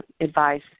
advice